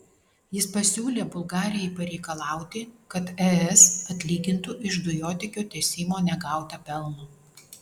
jis pasiūlė bulgarijai pareikalauti kad es atlygintų iš dujotiekio tiesimo negautą pelną